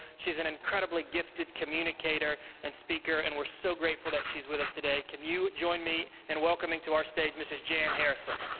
she's an incredibly gifted communicator and speaker, and we're so grateful that she's with us today. can you join me in welcoming to our stage mrs. jan harrison?